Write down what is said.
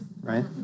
right